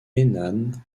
henan